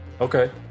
Okay